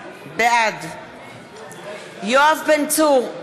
בעד יואב בן צור,